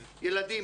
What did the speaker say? ילדים,